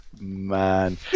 man